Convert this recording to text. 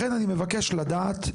לכן אני מבקש לדעת,